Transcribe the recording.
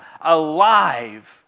alive